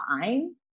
fine